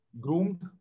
groomed